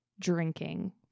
drinking